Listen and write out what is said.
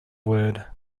word